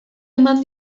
eman